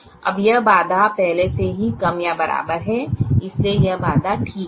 अब यह बाधा पहले से ही कम या बराबर है इसलिए यह बाधा ठीक हैं